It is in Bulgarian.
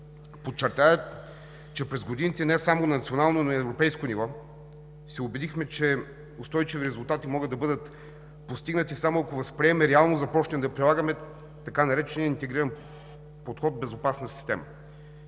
подчертая, че през годините не само на национално, но и на европейско ниво, се убедихме, че устойчиви резултати могат да бъдат постигнати само ако възприемем и реално започнем да прилагаме така наречения интегриран подход „Безопасна система“.